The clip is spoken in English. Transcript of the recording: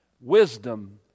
wisdom